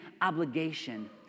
obligation